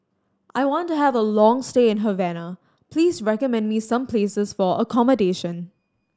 I want to have a long stay in Havana please recommend me some places for accommodation